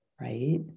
Right